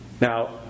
Now